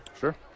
Sure